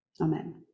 Amen